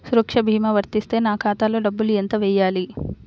సురక్ష భీమా వర్తిస్తే నా ఖాతాలో డబ్బులు ఎంత వేయాలి?